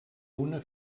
una